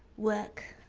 work,